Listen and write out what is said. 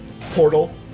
portal